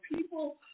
people